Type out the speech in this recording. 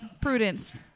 Prudence